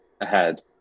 ahead